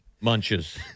Munches